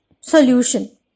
solution